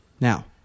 Now